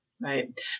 Right